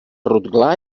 rotglà